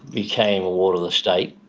became a ward of the state.